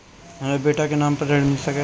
हमरा बेटा के नाम पर ऋण मिल सकेला?